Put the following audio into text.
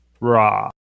raw